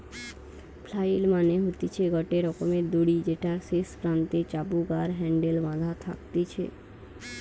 flail মানে হতিছে গটে রকমের দড়ি যেটার শেষ প্রান্তে চাবুক আর হ্যান্ডেল বাধা থাকতিছে